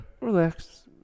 Relax